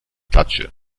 klatsche